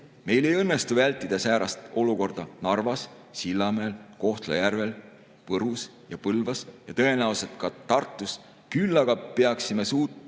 Meil ei õnnestu vältida säärast olukorda Narvas, Sillamäel, Kohtla-Järvel, Võrus ja Põlvas, tõenäoliselt ka mitte Tartus. Küll aga peaksime suutma